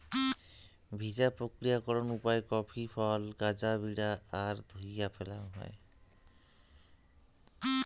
ভিজা প্রক্রিয়াকরণ উপায় কফি ফল গাঁজা বিরা আর ধুইয়া ফ্যালাং হই